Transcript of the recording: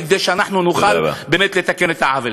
כדי שאנחנו נוכל באמת לתקן את העוול.